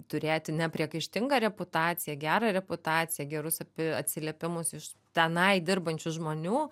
turėti nepriekaištingą reputaciją gerą reputaciją gerus apie atsiliepimus iš tenai dirbančių žmonių